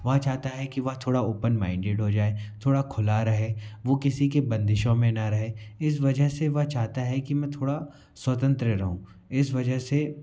वह चाहता है कि वह थोड़ा ओपेन माइंडेड हो जाए थोड़ा खुला रहे वो किसी की बंदिशों में ना रहे इस वजह से वह चाहता है कि मैं थोड़ा स्वतंत्र रहूँ इस वजह से